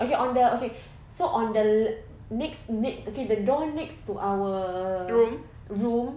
okay on the okay so on the next next okay the door next to our room